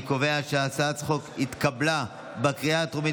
אני קובע שהצעת החוק התקבלה בקריאה הטרומית